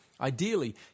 Ideally